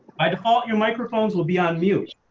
by default, your microphones will be on mute.